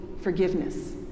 forgiveness